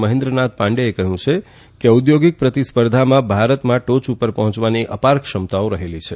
મહેન્દ્રનાથ પાંડેથે કહ્યું છે કે ઔદ્યોગિક પ્રતિસ્પર્ધામાં ભારતમાં ટોચ પર પહોંચવાની અપાર ક્ષમતાઓ રહેલી છે